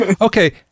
Okay